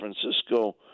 Francisco